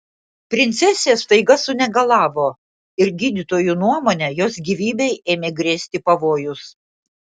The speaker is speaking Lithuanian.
princesė staiga sunegalavo ir gydytojų nuomone jos gyvybei ėmė grėsti pavojus